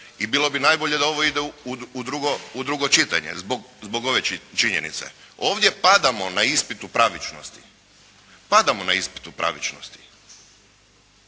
i bilo bi najbolje da ovo ide u drugo čitanje zbog ove činjenice. Ovdje padamo na ispitu pravičnosti. Padamo na ispitu pravičnosti.